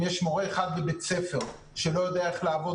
אם יש מורה אחד בבית ספר שלא יודע איך לעבוד